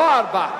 לא ארבע.